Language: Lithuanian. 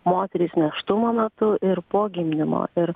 moterys nėštumo metu ir po gimdymo ir